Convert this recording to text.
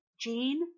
Jean